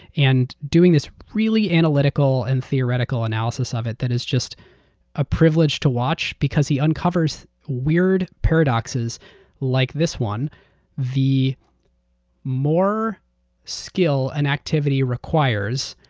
and doing this really analytical and theoretical analysis of it is just a privilege to watch because he uncovers weird paradoxes like this one the more skill and activity required,